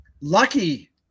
Lucky